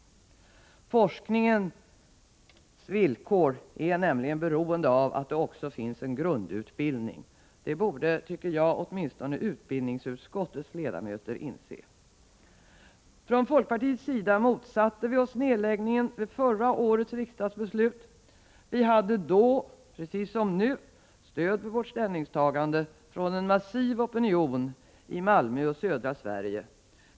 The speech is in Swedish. Forskningens villkor är nämligen beroende av att det också finns en grundutbildning. Det borde, tycker jag, åtminstone utbildningsutskottets ledamöter inse. Från folkpartiets sida motsatte vi oss nedläggningen vid förra årets riksdagsbeslut. Vi hade då, precis som nu, stöd för vårt ställningstagande från en massiv opinion i Malmö och södra Sverige.